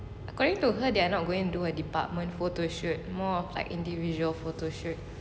according to her they are not going to do a department photoshoot more of like individual photoshoot